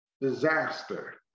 disaster